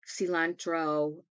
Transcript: cilantro